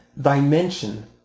dimension